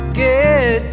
get